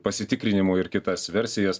pasitikrinimui ir kitas versijas